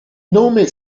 nome